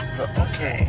okay